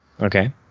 Okay